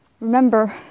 remember